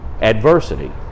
adversity